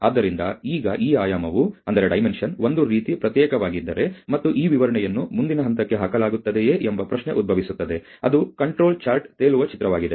ಆದ್ದರಿಂದ ಈಗ ಈ ಆಯಾಮವು ಒಂದು ರೀತಿ ಪ್ರತ್ಯೇಕವಾಗಿದ್ದರೆ ಮತ್ತು ಈ ವಿವರಣೆಯನ್ನು ಮುಂದಿನ ಹಂತಕ್ಕೆ ಹಾಕಲಾಗುತ್ತದೆಯೇ ಎಂಬ ಪ್ರಶ್ನೆ ಉದ್ಭವಿಸುತ್ತದೆ ಅದು ನಿಯಂತ್ರಣ ಚಾರ್ಟ್ ತೇಲುವ ಚಿತ್ರವಾಗಿದೆ